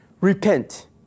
Repent